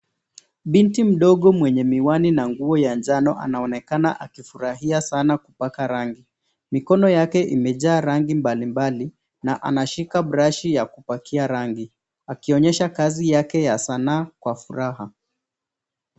Binti mdogo mwenye miwani na nguo ya njano anaonekana akifurahia sana kupaka rangi. Mikono yake imejaa rangi mbalimbali, na anashika brashi ya kupakia rangi akionyesha kazi yake ya sanaa kwa furaha.